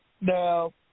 Now